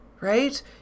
right